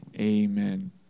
amen